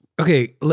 Okay